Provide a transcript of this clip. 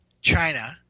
China